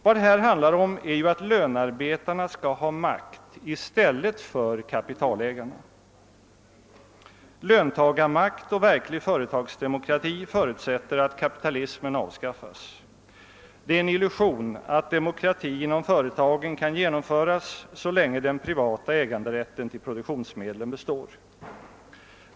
Vad det här handlar om är ju att lönearbetarna skall ha makt i stället för kapitalägarna. Löntagarmakt och verklig företagsdemokrati förutsätter att kapitalismen avskaffas. Det är en illusion att demokrati inom företagen kan genomföras så länge den privata äganderätten till produktionsmedlen består.